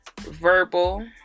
verbal